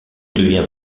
devient